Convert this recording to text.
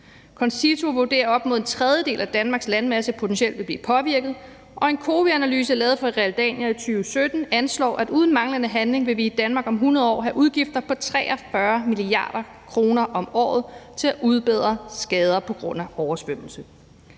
CONCITO vurderer, at op mod en tredjedel af Danmarks landmasse potentielt vil blive påvirket, og en COWI-analyse lavet for Realdania i 2017 anslår, at uden manglende handling vil vi i Danmark om 100 år have udgifter på 43 mia. kr. om året til at udbedre skader på grund af oversvømmelse.